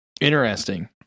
Interesting